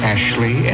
Ashley